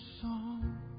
song